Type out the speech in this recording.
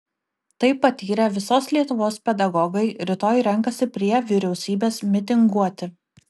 tai patyrę visos lietuvos pedagogai rytoj renkasi prie vyriausybės mitinguoti